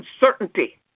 uncertainty